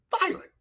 violent